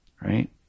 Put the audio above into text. right